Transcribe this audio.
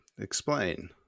Explain